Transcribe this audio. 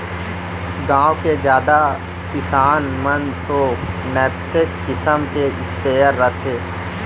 गॉँव के जादा किसान मन सो नैपसेक किसम के स्पेयर रथे